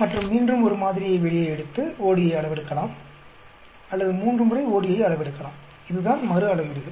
மற்றும் மீண்டும் ஒரு மாதிரியை வெளியே எடுத்து ODயை அளவெடுக்கலாம் அல்லது மூன்றுமுறை ODயை அளவெடுக்கலாம் இதுதான் மறு அளவீடுகள்